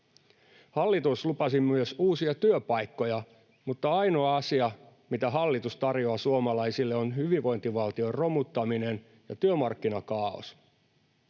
Hallitus lupasi myös uusia työpaikkoja, mutta ainoa asia, mitä hallitus tarjoaa suomalaisille, on hyvinvointivaltion romuttaminen ja työmarkkinakaaos.